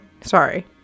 sorry